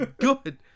good